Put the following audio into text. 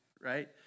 right